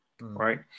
right